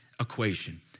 equation